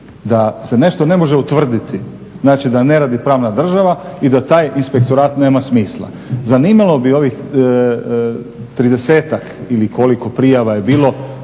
da se nešto ne može utvrditi, znači da ne radi pravna država i da taj inspektorat nema smisla. Zanimalo bi ovih 30-tak ili koliko prijava je bilo